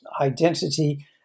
identity